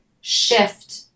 shift